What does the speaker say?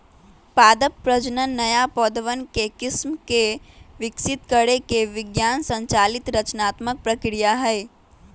पादप प्रजनन नया पौधवन के किस्म के विकसित करे के विज्ञान संचालित रचनात्मक प्रक्रिया हई